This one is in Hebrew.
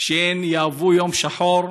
שיהוו יום שחור.